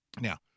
Now